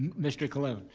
mr. colon.